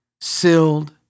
sealed